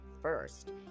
First